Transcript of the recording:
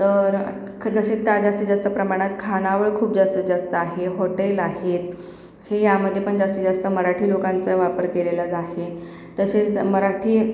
तर जसे जास्तीत जास्त प्रमाणात खानावळ खूप जास्तीत जास्त आहे हॉटेल आहेत हे यामध्ये पण जास्तीत जास्त मराठी लोकांचा वापर केलेला आहे तसेच मराठी